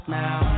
now